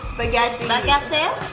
but guys not yep it